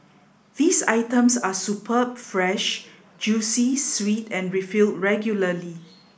these items are superb fresh juicy sweet and refilled regularly